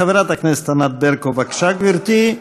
חברת הכנסת ענת ברקו, בבקשה, גברתי.